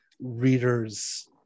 readers